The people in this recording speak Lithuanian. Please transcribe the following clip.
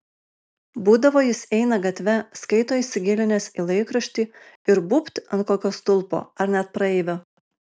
būdavo jis eina gatve skaito įsigilinęs į laikraštį ir būbt ant kokio stulpo ar net praeivio